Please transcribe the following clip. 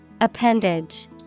Appendage